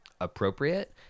appropriate